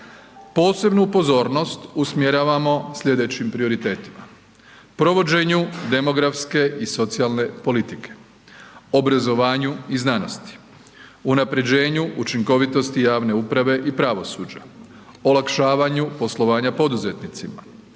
Posebnu pozornost usmjeravamo slijedećim prioritetima, provođenju demografske i socijalne politike, obrazovanju i znanosti, unapređenju učinkovitosti javne uprave i pravosuđa, olakšavanju poslovanja poduzetnicima,